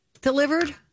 delivered